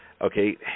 okay